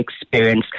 experience